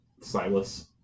Silas